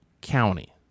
county